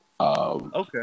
Okay